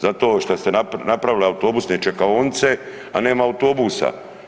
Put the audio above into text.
Zato što ste napravili autobusne čekaonice, a nema autobusa.